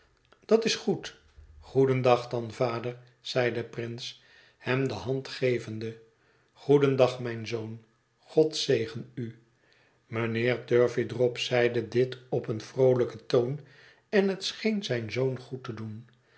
dat is goed goedendag dan vader zeide prince hem de hand gevende goedendag mijn zoon god zegen u mijnheer turveydrop zeide dit op een vromen toon en het scheen zijn zoon goed te doen